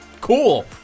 Cool